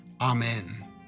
Amen